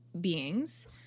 beings